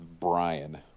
Brian